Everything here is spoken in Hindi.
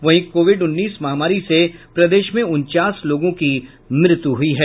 वहीं कोविड उन्नीस महामारी से प्रदेश में उनचास लोगों की मृत्यु हुई है